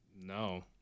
No